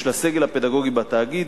של הסגל הפדגוגי בתאגיד,